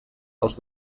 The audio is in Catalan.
els